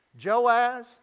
Joaz